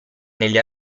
negli